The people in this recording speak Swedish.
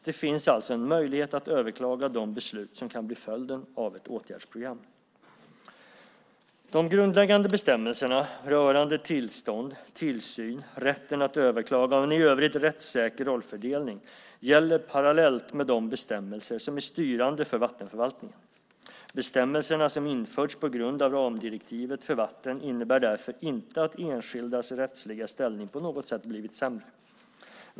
Det finns alltså en möjlighet att överklaga de beslut som kan bli följden av ett åtgärdsprogram. De grundläggande bestämmelserna rörande tillstånd, tillsyn, rätten att överklaga och en i övrigt rättssäker rollfördelning gäller parallellt med de bestämmelser som är styrande för vattenförvaltningen. Bestämmelserna som införts på grund av ramdirektivet för vatten innebär därför inte att enskildas rättsliga ställning på något sätt blivit sämre.